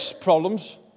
problems